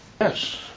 Yes